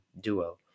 Duo